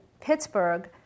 Pittsburgh